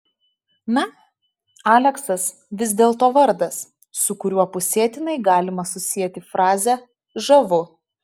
na aleksas vis dėlto vardas su kuriuo pusėtinai galima susieti frazę žavu